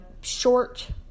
short